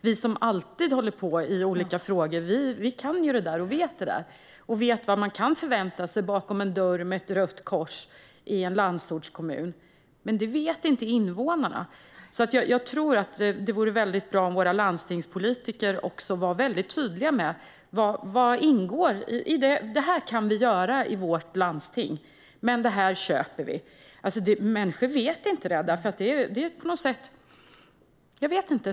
Vi som alltid håller på med detta i olika frågor vet ju det, och vi vet vad man kan förvänta sig att finna bakom en dörr med ett rött kors på i en landsortskommun. Men det vet inte invånarna, så jag tror att det vore bra om våra landstingspolitiker var tydliga med vad som ingår - "det här kan vi göra i vårt landsting, men det här köper vi in". Människor vet inte det.